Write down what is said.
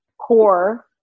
core